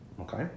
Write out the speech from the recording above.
Okay